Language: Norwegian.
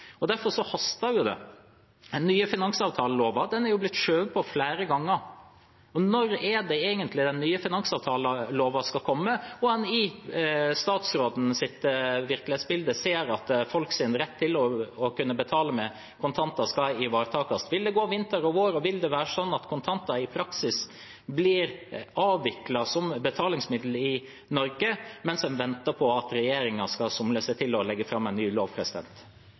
Derfor haster det. Den nye finansavtaleloven har jo blitt skjøvet på flere ganger. Når er det egentlig den nye finansavtaleloven skal komme og en i statsrådens virkelighetsbilde ser at folks rett til å kunne betale med kontanter skal ivaretas? Vil det gå vinter og vår, og vil det være slik at kontanter i praksis blir avviklet som betalingsmiddel i Norge, mens en venter på at regjeringen skal somle seg til å legge fram en ny lov?